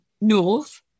north